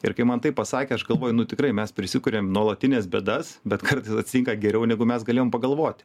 ir kai man taip pasakė aš galvoju nu tikrai mes prisikuriam nuolatines bėdas bet kartais atsitinka geriau negu mes galėjom pagalvoti